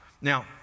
Now